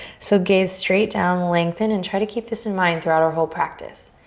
so gaze straight down, lengthen, and try to keep this in mind throughout our whole practice.